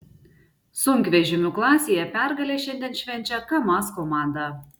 sunkvežimių klasėje pergalę šiandien švenčia kamaz komanda